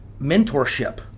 mentorship